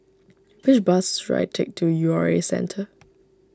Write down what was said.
which bus should I take to U R A Centre